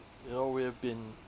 you know we have been